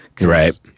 Right